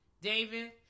David